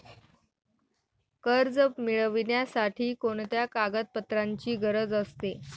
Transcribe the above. कर्ज मिळविण्यासाठी कोणत्या कागदपत्रांची गरज असते?